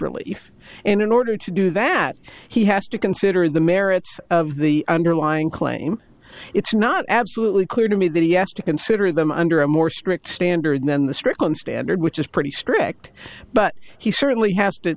really and in order to do that he has to consider the merits of the underlying claim it's not absolutely clear to me that he asked to consider them under a more strict standard then the strickland standard which is pretty strict but he certainly has to